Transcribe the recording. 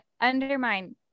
undermine